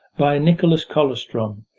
by nicholas kollerstrom,